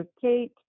Kate